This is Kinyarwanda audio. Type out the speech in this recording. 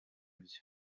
byo